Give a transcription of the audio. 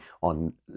on